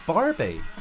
Barbie